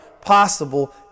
possible